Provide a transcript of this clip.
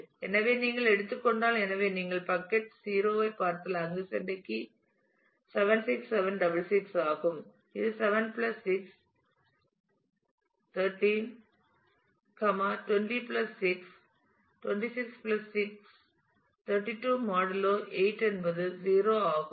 எனவே நீங்கள் எடுத்துக் கொண்டால் எனவே நீங்கள் பக்கட் 0 ஐப் பார்த்தால் அங்கு சென்ற கீ 76766 ஆகும் இது 7 6 13 20 6 26 6 32 மாடூலோ 8 என்பது 0 ஆகும்